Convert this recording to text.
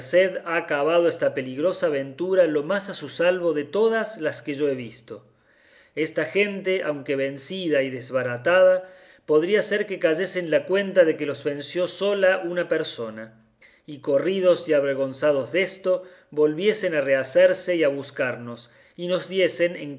ha acabado esta peligrosa aventura lo más a su salvo de todas las que yo he visto esta gente aunque vencida y desbaratada podría ser que cayese en la cuenta de que los venció sola una persona y corridos y avergonzados desto volviesen a rehacerse y a buscarnos y nos diesen en